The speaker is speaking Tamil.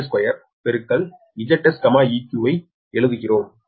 eq ஐ எழுதுகிறோம்